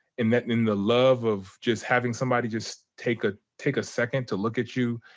in that in the love of just having somebody just take ah take a second to look at you,